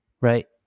right